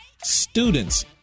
students